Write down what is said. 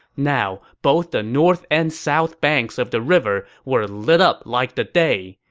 now, both the north and south banks of the river were lit up like the day.